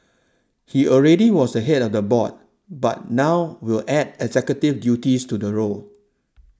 he already was head of the board but now will add executive duties to the role